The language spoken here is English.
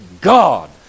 God